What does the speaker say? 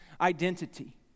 identity